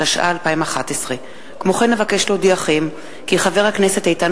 התשע"א 2011. כמו כן אבקש להודיעכם כי חבר הכנסת איתן